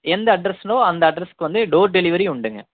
எந்த அட்ரஸ்ஸுலோ அந்த அட்ரஸ்க்கு வந்து டோர் டெலிவரி உண்டுங்க